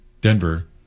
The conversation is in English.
Denver